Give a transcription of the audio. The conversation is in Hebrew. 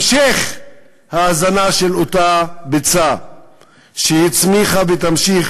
המשך ההזנה של אותה ביצה שהצמיחה ותמשיך